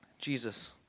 Jesus